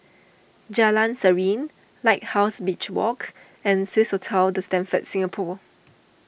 Jalan Serene Lighthouse Beach Walk and Swissotel the Stamford Singapore